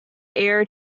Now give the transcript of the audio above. heir